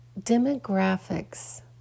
demographics